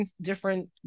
different